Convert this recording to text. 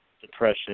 depression